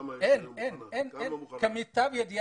כמה אנשים יש ברשימה?